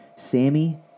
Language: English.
Sammy